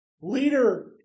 leader